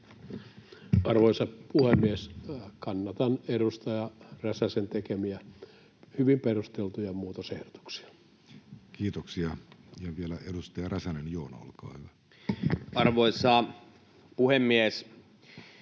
Arvoisa puhemies! Kannatan edustaja Räsäsen tekemiä, hyvin perusteltuja muutosehdotuksia. Kiitoksia. — Ja vielä edustaja Räsänen, Joona, olkaa hyvä. Arvoisa puhemies!